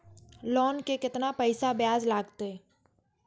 Loan के केतना पैसा ब्याज लागते?